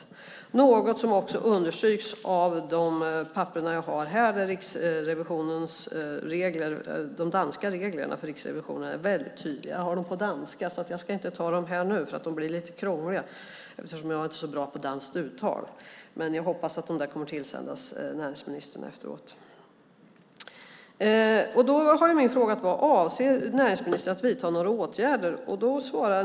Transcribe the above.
Det är något som också understryks av de papper jag har här. De danska reglerna för riksrevisionen är väldigt tydliga. Jag har dem på danska, så jag ska inte ta dem här och nu. Det blir lite krångligt, eftersom jag inte är så bra på danskt uttal. Men jag hoppas att de kommer att tillsändas näringsministern efteråt. Min fråga var: Avser näringsministern att vidta några åtgärder?